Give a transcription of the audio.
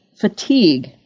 fatigue